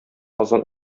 азан